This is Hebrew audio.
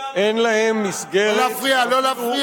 אין להם מסגרת, לא להפריע,